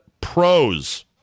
Pros